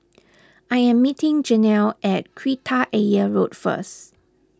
I am meeting Janell at Kreta Ayer Road first